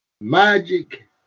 magic